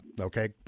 Okay